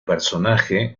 personaje